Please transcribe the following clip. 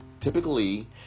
typically